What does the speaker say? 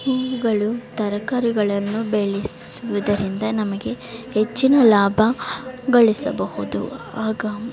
ಹೂವುಗಳು ತರಕಾರಿಗಳನ್ನು ಬೆಳೆಸುವುದರಿಂದ ನಮಗೆ ಹೆಚ್ಚಿನ ಲಾಭ ಗಳಿಸಬಹುದು ಆಗ